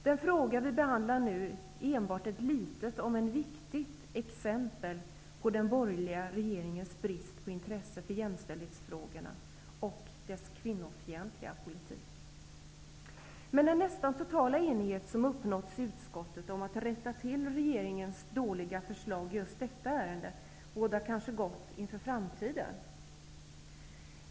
Den fråga vi nu behandlar är enbart ett litet, om än viktigt, exempel på den borgerliga regeringens brist på intresse för jämställdhetsfrågorna och dess kvinnofientliga politik. Men den nästan totala enighet som har uppnåtts i utskottet om att rätta till regeringens dåliga förslag i just detta ärende bådar kanske gott inför framtiden.